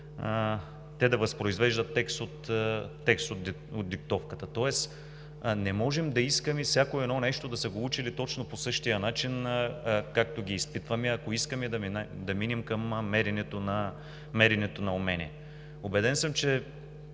те да възпроизвеждат текст от диктовката. Не можем да искаме всяко едно нещо да са го учили точно по същия начин, както ги изпитваме, ако искаме да минем към меренето на умения. Убеден съм, че